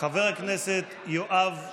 חבר הכנסת יואב קיש.